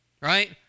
right